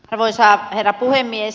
arvoisa herra puhemies